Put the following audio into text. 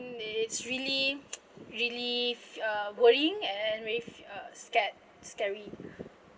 it's really really uh worrying and very uh scared scary